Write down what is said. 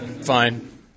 Fine